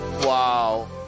Wow